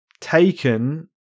Taken